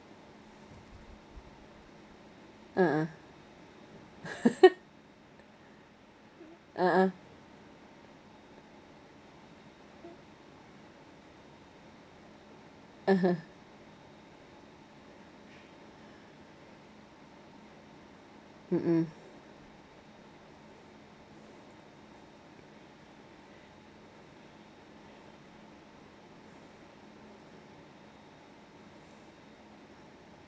ah ah (uh huh) mmhmm